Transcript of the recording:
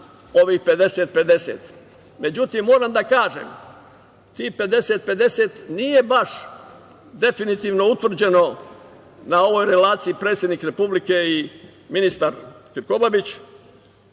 ovih 50/50.Međutim, moram da kažem, tih 50/50 nije baš definitivno utvrđeno na ovoj relaciji predsednik Republike i ministar Krkobabić.